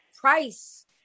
price